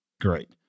great